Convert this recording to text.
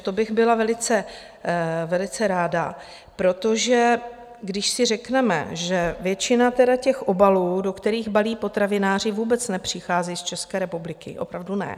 To bych byla velice ráda, protože když si řekneme, že většina obalů, do kterých balí potravináři, vůbec nepřichází z České republiky, opravdu ne.